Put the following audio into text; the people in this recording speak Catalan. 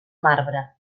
marbre